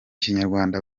kinyarwanda